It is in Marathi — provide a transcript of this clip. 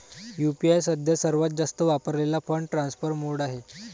यू.पी.आय सध्या सर्वात जास्त वापरलेला फंड ट्रान्सफर मोड आहे